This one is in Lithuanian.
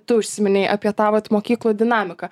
tu užsiminei apie tą vat mokyklų dinamiką